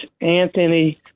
Anthony